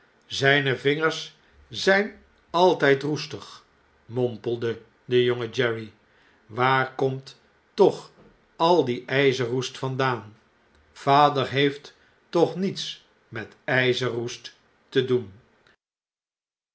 zijne vingers zijn altijd roestig mompelde de jonge jerry waar komt toch al die ijzerroest vandaan vader heeft toch niets met ijzerroest te doen